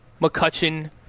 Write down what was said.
McCutcheon